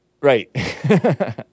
Right